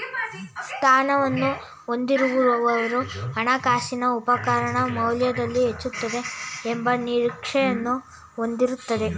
ಸ್ಥಾನವನ್ನು ಹೊಂದಿರುವವರು ಹಣಕಾಸಿನ ಉಪಕರಣ ಮೌಲ್ಯದಲ್ಲಿ ಹೆಚ್ಚುತ್ತದೆ ಎಂಬ ನಿರೀಕ್ಷೆಯನ್ನು ಹೊಂದಿರುತ್ತಾರೆ